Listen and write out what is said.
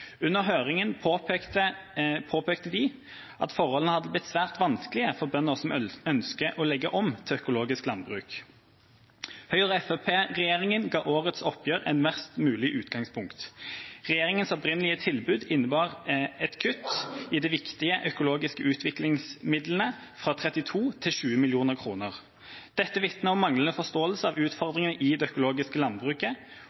Under høringen påpekte de at forholdene hadde blitt svært vanskelige for bønder som ønsker å legge om til økologisk landbruk. Høyre–Fremskrittsparti-regjeringen ga årets oppgjør et verst mulig utgangspunkt: Regjeringas opprinnelige tilbud innebar et kutt i de viktige økologiske utviklingsmidlene fra 32 mill. kr til 20 mill. kr. Dette vitner om manglende forståelse